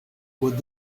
what